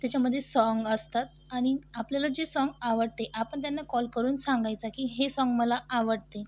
त्याच्यामध्ये सॉंग असतात आणि आपल्याला जे सॉंग आवडते आपण त्यांना कॉल करून सांगायचं की हे सॉंग मला आवडते